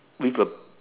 with a